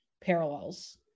parallels